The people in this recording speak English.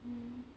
mm